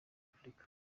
afurika